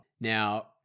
Now